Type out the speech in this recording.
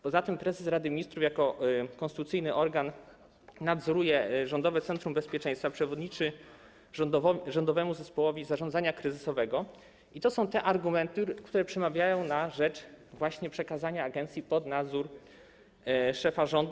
Poza tym prezes Rady Ministrów jako konstytucyjny organ nadzoruje Rządowe Centrum Bezpieczeństwa, przewodniczy Rządowemu Zespołowi Zarządzania Kryzysowego, i to są te argumenty, które przemawiają na rzecz właśnie przekazania agencji pod nadzór szefa rządu.